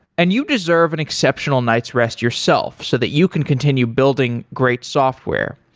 and you deserve an exceptional night's rest yourself so that you can continue building great software.